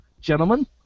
gentlemen